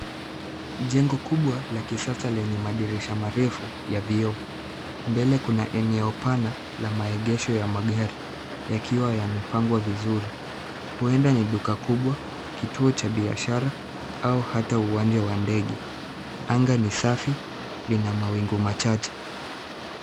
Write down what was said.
Jengo kubwa la kisasa lenye madirisha marefu ya vioo. Mbele kuna eneo pana la maegesho ya magari yakiwa yamepangwa vizuri. Huenda ni duka kubwa, kituo cha biashara au hata uwanja wa ndege. Anga ni safi. Lina mawingu machache.